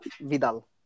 Vidal